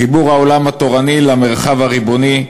חיבור העולם התורני למרחב הריבוני.